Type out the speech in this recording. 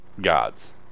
gods